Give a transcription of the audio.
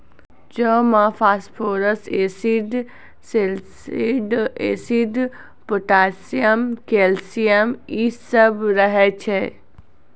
जौ मे phosphorus acid, सैलसिड एसिड, पोटाशियम, कैल्शियम इ सभ रहै छै